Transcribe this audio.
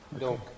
Donc